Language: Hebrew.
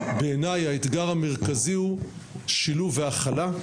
בעיניי האתגר המרכזי הוא שילוב והכלה.